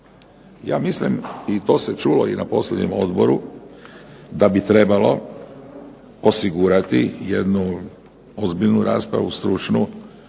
Ja mislim i to se čulo na posljednjem odboru da bi trebalo osigurati jednu ozbiljnu raspravu, stručnu.